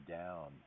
down